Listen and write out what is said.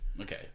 okay